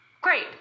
Great